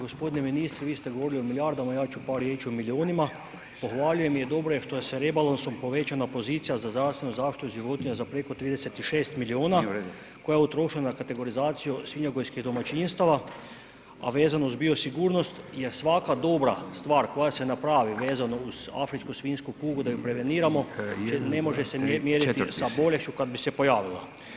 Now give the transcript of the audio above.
Gospodine ministre vi ste govorili o milijardama ja ću par riječi o milionima, pohvaljujem i dobro je što je sa rebalansom povećana pozicija za zdravstvenu zaštitu životinja za preko 36 miliona koja je utrošena na kategorizaciju svinjogojskih domaćinstava, a vezano uz biosigurnost jer svaka dobra stvar koja se napravi vezano uz afričku svinjsku kugu da ju preveniramo ne može se mjeriti sa bolešću kad bi se pojavila.